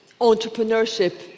entrepreneurship